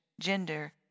gender